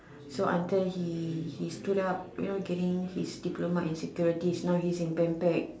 so until he he stood up you know getting his diploma in securities now he's in pen back